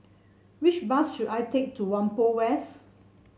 which bus should I take to Whampoa West